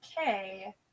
Okay